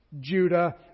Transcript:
Judah